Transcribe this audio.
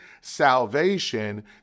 salvation